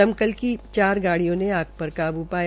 दमकल की चार गाडियों ने आग पर काबू पाया